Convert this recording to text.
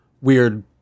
weird